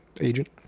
agent